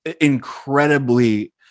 incredibly